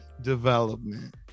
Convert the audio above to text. development